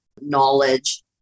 knowledge